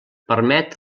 permet